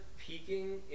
peaking